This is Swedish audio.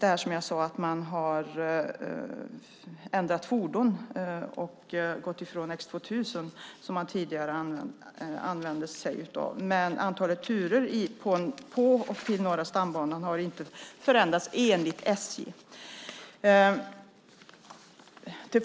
Man har, som jag sade, ändrat fordon och gått ifrån X 2000 som man tidigare använde sig av. Antalet turer på och till Norra stambanan har inte förändrats, enligt SJ.